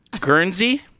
Guernsey